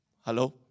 Hello